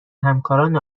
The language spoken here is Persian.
همکاران